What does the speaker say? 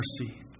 mercy